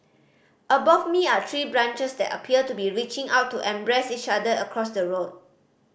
above me are tree branches that appear to be reaching out to embrace each other across the road